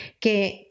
que